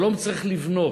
שלום צריך לבנות.